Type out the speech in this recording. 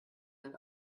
den